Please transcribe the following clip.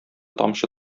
тамчы